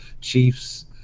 Chiefs